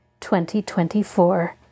2024